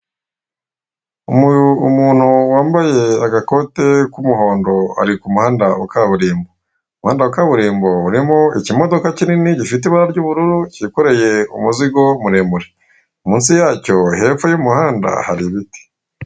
Umuntu wambaye agakote k'umuhondo ari k'umuhanda wa kaburimbo, umuhanda wa kaburimbo urimo ikimodoka kinini gifite ibara ry'ubururu cyikoreye umuzigo muremure, munsi yacyo hepfo y'umuhanda hari ibiti.